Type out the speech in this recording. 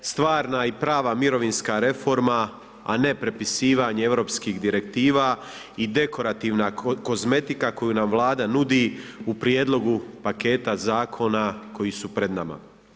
Stvarna i prava mirovinska reforma, a ne prepisivanje europskih direktiva i dekorativna kozmetika koju nam Vlada nudi u prijedlogu paketa zakona koji su pred nama.